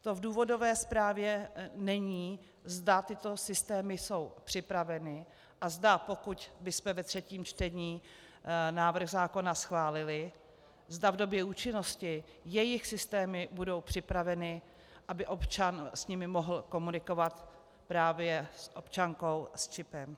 To v důvodové zprávě není, zda tyto systémy jsou připraveny a zda, pokud bychom ve třetím čtení návrh zákona schválili, zda v době účinnosti jejich systémy budou připraveny, aby s nimi občan mohl komunikovat právě s občankou s čipem.